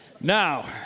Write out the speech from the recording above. Now